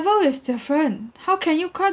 is different how can you code